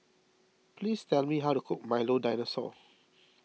please tell me how to cook Milo Dinosaur